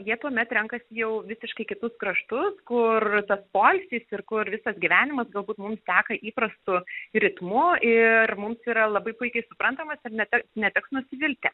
jie tuomet renkasi jau visiškai kitus kraštus kur tas poilsis ir kur visas gyvenimas galbūt mums teka įprastu ritmu ir mums yra labai puikiai suprantamas ir nete neteks nusivilti